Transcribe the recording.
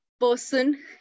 person